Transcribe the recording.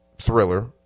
Thriller